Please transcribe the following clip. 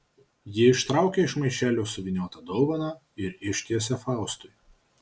ji ištraukia iš maišelio suvyniotą dovaną ir ištiesia faustui